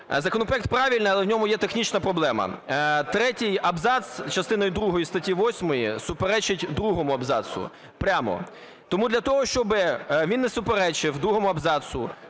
законопроект правильний, але в ньому є технічна проблема. Третій абзац частини другої статті 8 суперечить другому абзацу. Прямо. Тому для того, щоби він не суперечив другому абзацу,